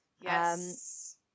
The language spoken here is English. yes